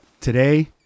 today